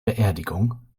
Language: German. beerdigung